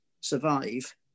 survive